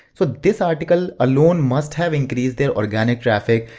so this article alone, must have increased their organic traffic,